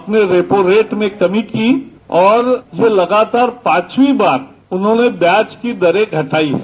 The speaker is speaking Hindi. अपने रेपोरेट में कमी की और जो लगातार पांचवीं उन्होंने आज की दरे घटाई है